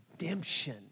redemption